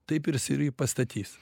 taip jirs ir jį pastatys